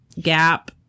gap